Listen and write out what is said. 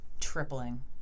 tripling